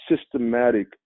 systematic